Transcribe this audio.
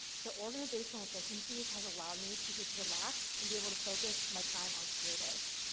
so organisational efficiencies has allowed me to just relax and be able to focus my time on creative.